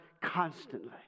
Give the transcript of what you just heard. constantly